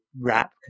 wrap